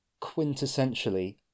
quintessentially